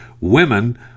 Women